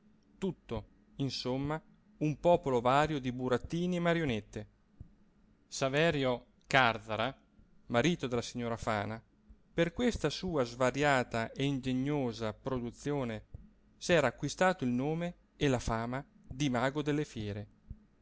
tutto insomma un popolo vario di burattini e marionette saverio càrzara marito della signora fana per questa sua svariata e ingegnosa produzione s'era acquistato il nome e la fama di mago delle fiere